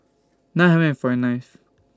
five hundred and forty ninth